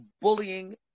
bullying